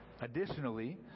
Additionally